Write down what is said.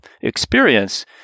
experience